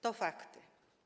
To fakty.